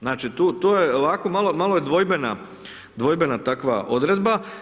Znači, tu je, malo je dvojbena takva odredba.